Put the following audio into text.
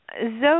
Zoe